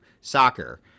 soccer